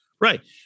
Right